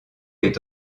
est